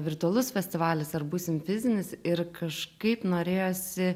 virtualus festivalis ar būsim fizinis ir kažkaip norėjosi